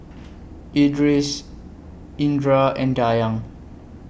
Idris Indra and Dayang